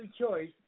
choice